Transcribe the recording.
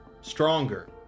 stronger